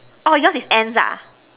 orh yours is ants ah